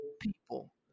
people